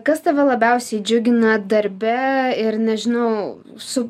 kas tave labiausiai džiugina darbe ir nežinau su